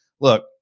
look